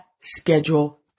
Schedule